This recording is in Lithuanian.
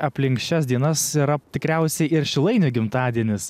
aplink šias dienas yra tikriausiai ir šilainių gimtadienis